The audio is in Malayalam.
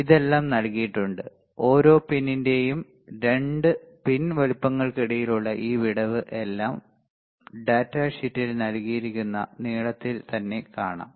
ഇതെല്ലാം നൽകിയിട്ടുണ്ട് ഓരോ പിന്നിന്റെയും 2 പിൻ വലുപ്പങ്ങൾക്കിടയിലുള്ള ഈ വിടവ് എല്ലാം ഡാറ്റാ ഷീറ്റിൽ നൽകിയിരിക്കുന്ന നീളത്തിൽ തന്നെ കാണാം